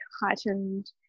heightened